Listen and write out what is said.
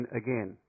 again